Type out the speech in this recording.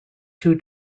two